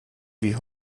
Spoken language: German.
wie